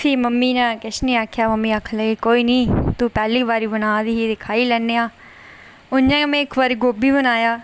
फ्ही मम्मी नै किश निं आखेआ मम्मी नै आखेआ कोई निं तूं पैह्ली बारी बना दी ही खाई लैन्नी आं उ'आं गै इक्क बारी में गोभी बनाया